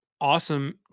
awesome